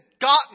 gotten